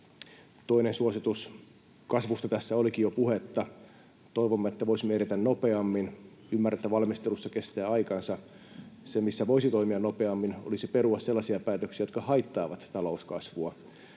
Toinen suositus: Kasvusta tässä olikin jo puhetta. Toivomme, että voisimme edetä nopeammin. Ymmärrän, että valmistelussa kestää aikansa. Se, missä voisi toimia nopeammin, olisi perua sellaisia päätöksiä, jotka haittaavat talouskasvua,